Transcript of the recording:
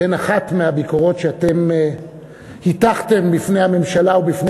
ואין אחת מהביקורות שאתם הטחתם בפני הממשלה ובפני